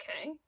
okay